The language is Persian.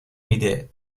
میده